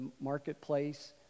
marketplace